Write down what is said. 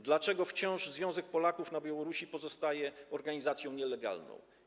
Dlaczego wciąż Związek Polaków na Białorusi pozostaje organizacją nielegalną?